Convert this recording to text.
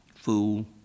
Fool